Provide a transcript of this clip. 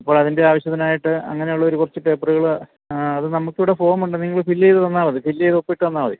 അപ്പം അതിന്റെ ആവശ്യത്തിനായിട്ട് അങ്ങനെയുള്ളൊരു കുറച്ച് പേപ്പറുകൾ അത് നമുക്ക് ഇവിടെ ഫോമുണ്ട് നിങ്ങൾ ഫില്ല് ചെയ്ത് തന്നാൽ മതി ഫില്ല് ചെയ്ത് ഒപ്പിട്ട് തന്നാൽ മതി